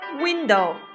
window